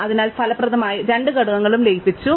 അതിനാൽ ഫലപ്രദമായി രണ്ട് ഘടകങ്ങളും ലയിപ്പിച്ചു